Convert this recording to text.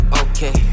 okay